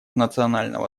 национального